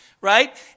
right